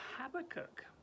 Habakkuk